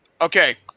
okay